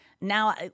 Now